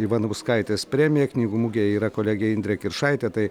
ivanauskaitės premija knygų mugėje yra kolegė indrė kiršaitė tai